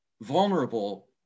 vulnerable